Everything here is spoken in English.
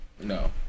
No